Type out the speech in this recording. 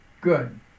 Good